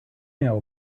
know